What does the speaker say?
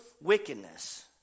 wickedness